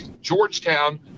Georgetown